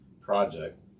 project